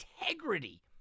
integrity